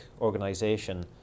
organization